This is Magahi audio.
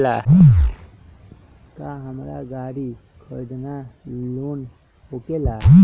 का हमरा गारी खरीदेला लोन होकेला?